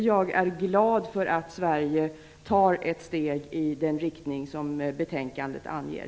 Jag är glad att Sverige tar ett steg i den riktning som betänkandet anger.